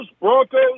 Broncos